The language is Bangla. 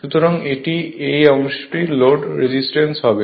সুতরাং এটি এই অংশটির লোড রেজিস্ট্যান্স হবে